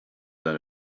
than